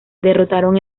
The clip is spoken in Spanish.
derrotaron